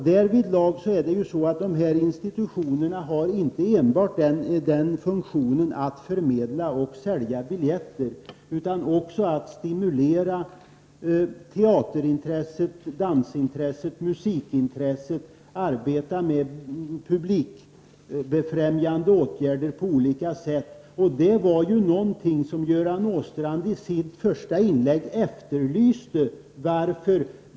Dessa institutioner har inte enbart funktionen att förmedla och sälja biljetter utan också funktionen att stimulera teaterintresset, dansintresset, musikintresset och att på olika sätt arbeta med publikfrämjande åtgärder. Det är ju någonting som Göran Åstrand efterlyste i sitt första inlägg.